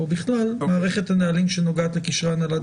או בכלל מערכת הנהלים שנוגעת לקשרי הנהלת